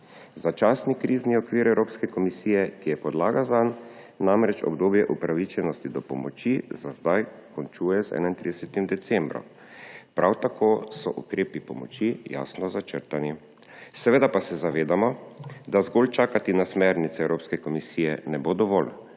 Začasni krizni okvir Evropske komisije, ki je podlaga zanj, namreč obdobje upravičenosti do pomoči za zdaj končuje z 31. decembrom. Prav tako so ukrepi pomoči jasno začrtani. Seveda pa se zavedamo, da zgolj čakati na smernice Evropske komisije ne bo dovolj.